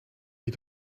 you